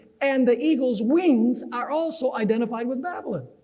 and the eagle's wings are also identified with babylon.